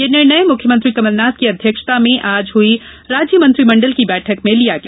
यह निर्णय मुख्यमंत्री कमलनाथ की अध्यक्षता में हुई आज हुई राज्य मंत्रिमण्डल की बैठक में लिया गया